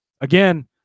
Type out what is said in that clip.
Again